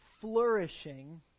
flourishing